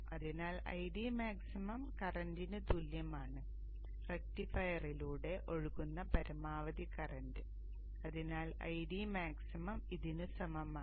അതിനാൽ Id maximum കറന്റിന് തുല്യമാണ് റക്റ്റിഫയറിലൂടെ ഒഴുകുന്ന പരമാവധി കറന്റ് അതിനാൽ Id മാക്സിമം ഇതിനു സമമാണ്